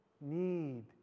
need